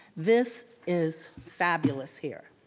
this is fabulous here.